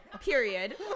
Period